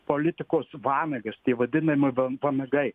politikos vanagas tie vadinami vanagai